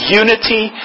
unity